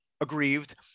aggrieved